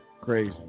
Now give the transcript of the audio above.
Crazy